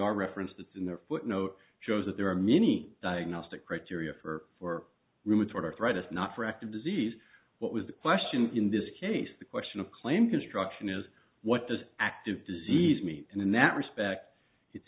are referenced in the footnote shows that there are many diagnostic criteria for for rheumatoid arthritis not for active disease what was the question in this case the question of claim construction is what does active disease meet in that respect it's